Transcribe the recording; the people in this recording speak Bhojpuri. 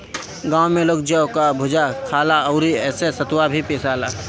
गांव में लोग जौ कअ भुजा खाला अउरी एसे सतुआ भी पिसाला